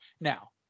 now